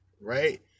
right